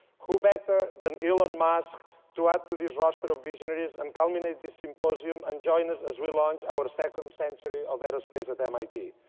who better than elon musk to add to this roster of visionaries and culminate this symposium and join us as we launch our second century of aerospace at mit.